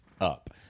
up